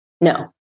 No